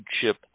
chip